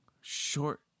Short